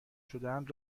شدهاند